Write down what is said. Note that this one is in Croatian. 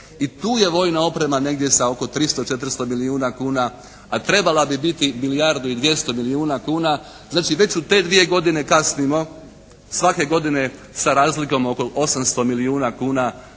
i tu je vojna oprema negdje sa oko 300, 400 milijuna kuna, a trebala bi biti milijardu i 200 milijuna kuna. Znači već u te dvije godine kasnimo svake godine sa razlikom od oko 800 milijuna kuna,